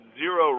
zero